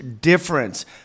difference